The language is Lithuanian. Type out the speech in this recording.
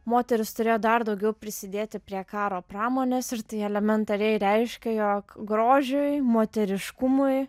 moterys turėjo dar daugiau prisidėti prie karo pramonės ir tai elementariai reiškė jog grožiui moteriškumui